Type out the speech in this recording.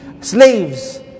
slaves